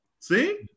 See